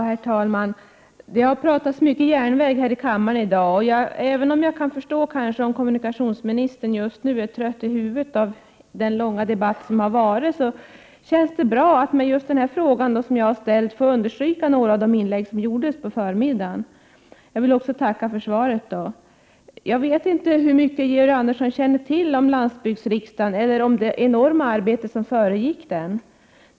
Herr talman! Det har talats mycket om järnvägar här i kammaren i dag. Även om jag kan förstå att kommunikationsministern just nu är trött i huvudet efter den långa debatt som varit, känns det bra att med den fråga jag ställt få understryka det som sades i några av de inlägg som gjordes på förmiddagen. Jag vill också tacka för svaret. Jag vet inte hur mycket Georg Andersson känner till om landsbygdsriksdagen och det enorma arbete som föregick den.